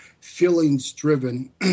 feelings-driven